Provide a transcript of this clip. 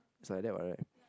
it's like that what right